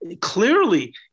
clearly